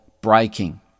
breaking